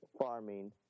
farming